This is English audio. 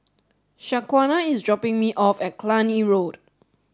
Shaquana is dropping me off at Cluny Road